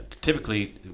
typically –